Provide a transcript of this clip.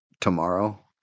tomorrow